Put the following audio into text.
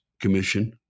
commission